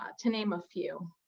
ah to name a few.